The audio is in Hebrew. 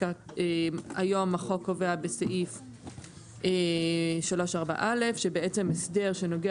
היום החוק קובע בסעיף 34 א' שבעצם הסדר שנוגע